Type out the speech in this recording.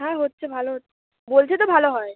হ্যাঁ হচ্ছে ভালো হ বলছি তো ভালো হয়